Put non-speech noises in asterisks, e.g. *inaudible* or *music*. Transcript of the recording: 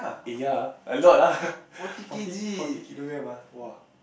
eh ya ah a lot ah *laughs* forty forty kilogram ah !wah!